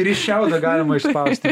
ir iš šiaudo galima išspausti